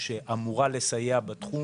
בערך חודשיים.